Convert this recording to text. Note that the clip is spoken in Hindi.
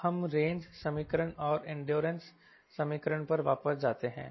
अब हम रेंज समीकरण और इंड्योरेंस समीकरण पर वापस जाते हैं